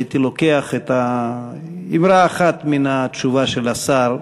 הייתי לוקח אמרה אחת מהתשובה של השר: